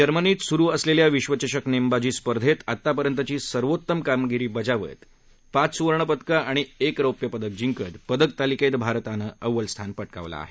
जर्मनीत सुरु असलेल्या आईएसएसएफ विश्वचषक नेमबाजी स्पर्धेत आता पर्यंतची सर्वोत्तम कामगिरी बजावत भारतानं पाच सुवर्ण पदकं आणि एक रौप्य पदक जिंकत पदक तालिकेत अव्वल स्थान पटकावलं आहे